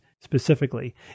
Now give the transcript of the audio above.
specifically